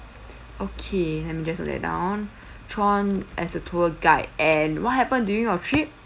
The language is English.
okay let me just note that down john as the tour guide and what happened during your trip